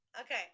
Okay